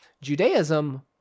Judaism